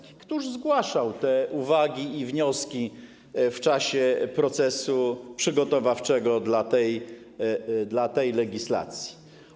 Któż zgłaszał te uwagi i wnioski w czasie procesu przygotowawczego w przypadku tej legislacji?